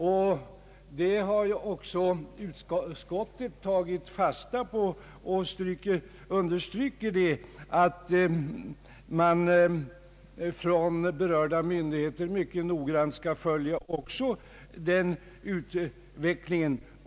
Utskottet har också tagit fasta på detta och understryker att berörda myndigheter mycket noggrant skall följa denna utveckling.